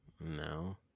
No